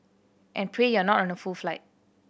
and pray you're not on a full flight